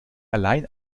allein